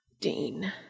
Dean